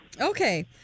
Okay